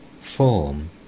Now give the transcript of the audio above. form